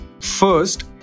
First